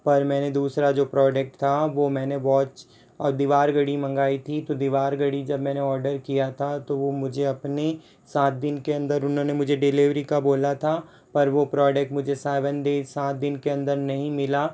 पर मैंने दूसरा जो प्रोडक्ट था वो मैंने वॉच और दीवार घड़ी मंगाई थी तो दीवार घड़ी जब मैंने ऑर्डर किया था तो वो मुझे अपने सात दिन के अंदर उन्होंने मुझे डीलीवेरी का बोला था पर वह प्रोडेक्ट मुझे सेवन डे देस सात दिन के अंदर नहीं मिला